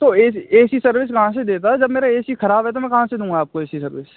तो एज AC service कहाँ से देता जब मेरा एसी खराब है तो मैं कहाँ से दूँगा आपको एसी सर्विस